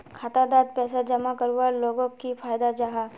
खाता डात पैसा जमा करवार लोगोक की फायदा जाहा?